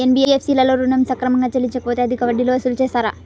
NBFC లలో ఋణం సక్రమంగా చెల్లించలేకపోతె అధిక వడ్డీలు వసూలు చేస్తారా?